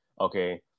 okay